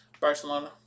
Barcelona